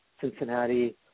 Cincinnati